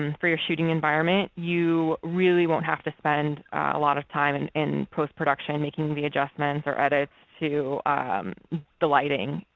um for your shooting environment you really won't have to spend a lot of time and in postproduction making the adjustments or edits to the lighting.